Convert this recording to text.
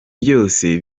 byose